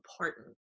important